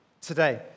today